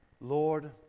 Lord